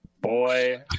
Boy